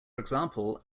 example